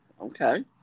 okay